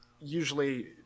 usually –